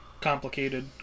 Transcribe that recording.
complicated